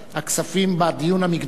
הכספים בדיון המקדמי?